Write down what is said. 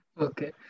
Okay